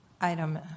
item